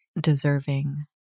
deserving